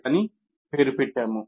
" అని పేరు పెట్టాము